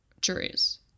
juries